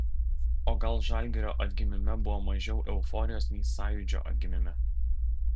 o gal žalgirio atgimime buvo mažiau euforijos nei sąjūdžio atgimime